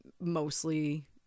mostly